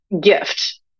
gift